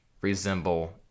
resemble